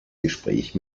gespräch